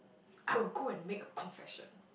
I will go and make a confession